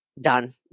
done